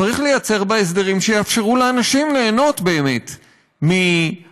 צריך לייצר בה הסדרים שיאפשרו לאנשים ליהנות באמת מפנאי,